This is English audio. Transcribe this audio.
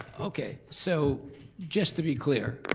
okay, so just to be clear,